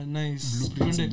nice